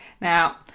Now